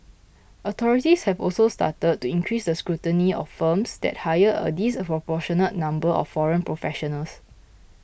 authorities have also started to increase the scrutiny of firms that hire a disproportionate number of foreign professionals